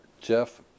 Jeff